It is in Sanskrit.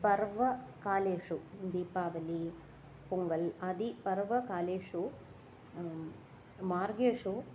पर्वकालेषु दीपावलिः पोङ्गलः आदि पर्वकालेषु मार्गेषु